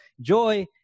joy